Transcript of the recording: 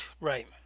Right